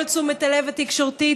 כל תשומת הלב התקשורתית